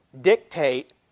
dictate